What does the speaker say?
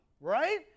right